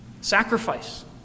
Sacrifice